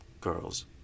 girls